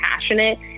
passionate